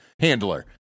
handler